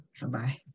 Bye-bye